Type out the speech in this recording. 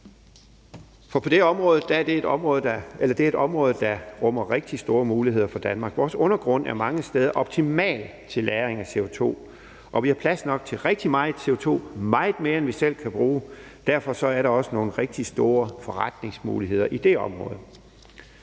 Det er et område, der rummer rigtig store muligheder for Danmark. Vores undergrund er mange steder optimal til lagring af CO2, og vi har plads nok til rigtig meget CO2, meget mere, end vi selv kan bruge. Derfor er der også nogle rigtig store forretningsmuligheder på det område,